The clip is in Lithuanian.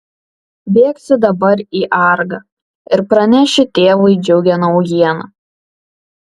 bėgsiu dabar į argą ir pranešiu tėvui džiugią naujieną